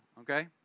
okay